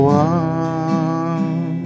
one